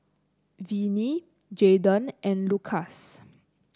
Venie Jaiden and Lukas